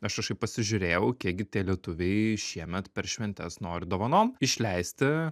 aš kažkaip pasižiūrėjau kiekgi tie lietuviai šiemet per šventes nori dovanom išleisti